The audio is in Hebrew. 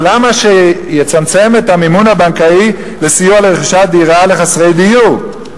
אבל למה שיצמצם את המימון הבנקאי לסיוע לרכישת דירה יחידה לחסרי דיור?